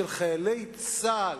של חיילי צה"ל,